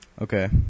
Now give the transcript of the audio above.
Okay